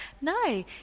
No